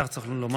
כך צריך לומר,